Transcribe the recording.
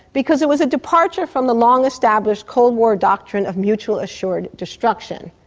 because it was a departure from the long established cold war doctrine of mutual assured destruction.